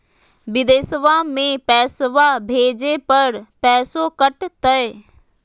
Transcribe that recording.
बिदेशवा मे पैसवा भेजे पर पैसों कट तय?